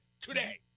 today